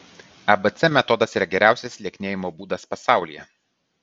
abc metodas yra geriausias lieknėjimo būdas pasaulyje